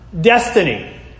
destiny